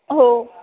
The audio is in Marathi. हो